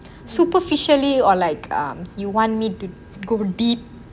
superficially or like um you want me to go deep